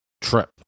trip